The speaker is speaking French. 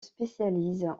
spécialise